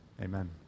Amen